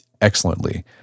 excellently